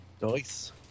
Nice